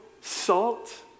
salt